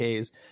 Ks